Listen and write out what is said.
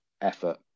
effort